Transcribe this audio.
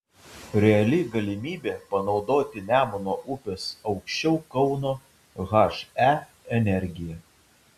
reali galimybė panaudoti nemuno upės aukščiau kauno he energiją